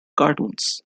cartoons